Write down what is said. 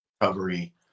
recovery